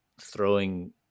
throwing